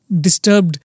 disturbed